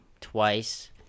twice